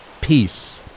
Peace